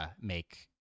make